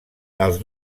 els